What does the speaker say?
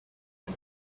and